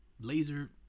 laser